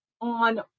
on